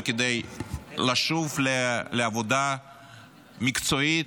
לשוב לעבודה מקצועית,